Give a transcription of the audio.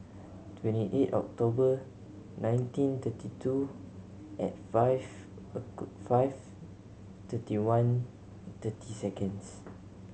twenty eight October nineteen thirty two at five five thirty one thirty seconds